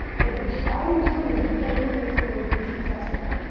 like the tried and true is the only thing that's gonna make you successful.